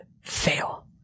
fail